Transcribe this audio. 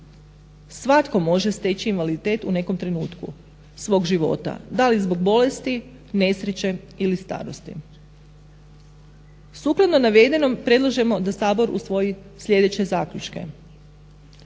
Svatko može steći invaliditet u nekom trenutku svog života da li zbog bolesti, nesreće ili starosti. Sukladno navedenom predlažemo da Sabor usvoji sljedeće zaključke: